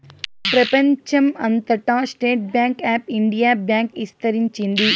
ప్రెపంచం అంతటా state bank of India bank ఇస్తరించింది